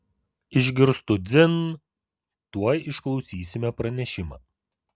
išgirstu dzin tuoj išklausysime pranešimą